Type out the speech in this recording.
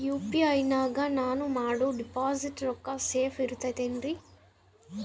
UPI ನಾಗ ನಾನು ಮಾಡೋ ಡಿಪಾಸಿಟ್ ರೊಕ್ಕ ಸೇಫ್ ಇರುತೈತೇನ್ರಿ?